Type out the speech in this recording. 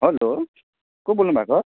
hello को बोल्नुभएको